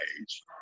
age